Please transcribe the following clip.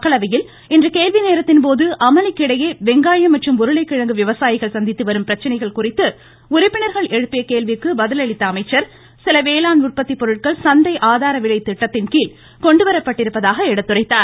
மக்களவையில் இன்று கேள்வி நேரத்தின்போது அமளிக்கிடையே வெங்காயம் மற்றும் உருளை கிழங்கு விவசாயிகள் சந்தித்து வரும் பிரச்சனைகள் குறித்து உறுப்பினர்கள் எழுப்பிய கேள்விக்கு பதிலளித்த அமைச்சர் சில வேளாண் உற்பத்தி பொருட்கள் ஆதார விலை திட்டத்தின் கீம் கொண்டுவரப்பட்டிருப்பதாக எடுத்துரைத்தார்